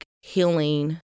healing